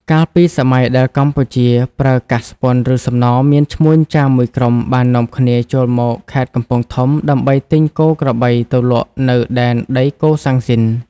កាលពីសម័យដែលកម្ពុជាប្រើកាសស្ពាន់ឬសំណរ មានឈ្មួញចាមមួយក្រុមបាននាំគ្នាចូលមកខេត្តកំពង់ធំ ដើម្បីទិញគោក្របីទៅលក់នៅដែនដីកូសាំងស៊ីន។